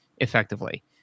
effectively